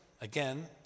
again